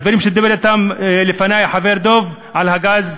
הדברים שדיבר עליהם לפני החבר דב על הגז,